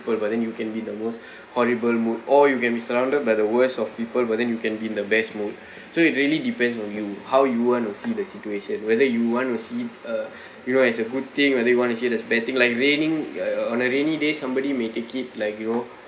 but then you can be in the most horrible mood or you can be surrounded by the worst of people but then you can be in the best mode so it really depends on you how you want to see the situation whether you want to see uh you know as a good thing whether you want to see as bad thing like raining uh on a rainy day somebody may take it like you know